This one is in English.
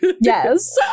yes